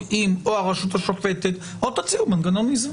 עם או הרשות השופטת או תציעו מנגנון איזון.